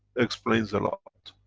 explains a lot.